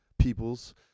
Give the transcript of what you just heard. people's